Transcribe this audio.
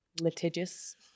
Litigious